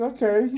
Okay